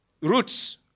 roots